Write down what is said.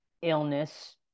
illness